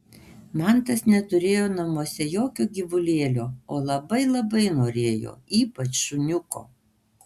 mantas neturėjo namuose jokio gyvulėlio o labai labai norėjo ypač šuniuko